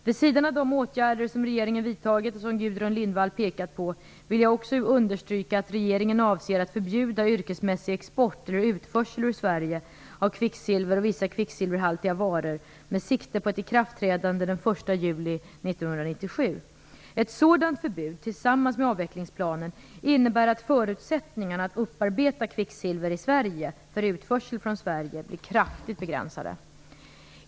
Vid sidan av de åtgärder som regeringen har vidtagit, och som Gudrun Lindvall har pekat på, vill jag också understryka att regeringen avser att förbjuda yrkesmässig export eller utförsel ur Sverige av kvicksilver och vissa kvicksilverhaltiga varor med sikte på ett ikraftträdande den 1 juli 1997. Ett sådant förbud innebär, tillsammans med avvecklingsplanen, att förutsättningarna för att upparbeta kvicksilver i Sverige för utförsel från Sverige blir kraftigt begränsade.